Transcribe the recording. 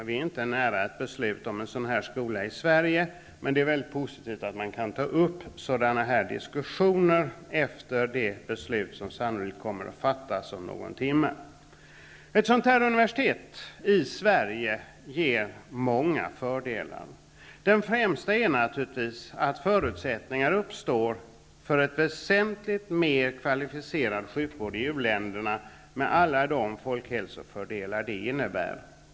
Vi är inte nära ett beslut om en sådan här skola i Sverige. Men det är positivt att man kan ta upp dessa diskussioner efter det beslut som sannolikt kommer att fattas här om någon timme. Ett universitet av detta slag i Sverige ger många fördelar. Den främsta är naturligtvis att förutsättningar uppstår för en väsentligt mer kvalificerad sjukvård i u-länderna, med alla de folkhälsofördelar det innebär.